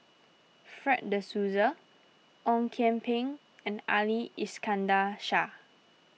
Fred De Souza Ong Kian Peng and Ali Iskandar Shah